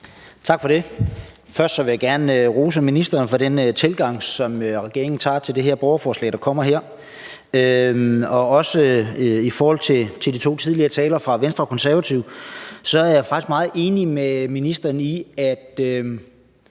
Tak for det. Først vil jeg gerne rose ministeren for den tilgang, som regeringen har til det lovforslag, vi behandler her, og også til de to tidligere talere fra Venstre og Konservative. Jeg er faktisk meget enig med ministeren i, at